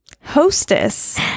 hostess